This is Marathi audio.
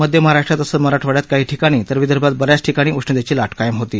मध्य महाराष्ट्रात तसंच मराठवाड्यात काही ठिकाणी तर विदर्भात बऱ्याच ठिकाणी उष्णतेची लाट कायम होती